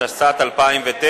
התשס"ט 2009,